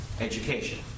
education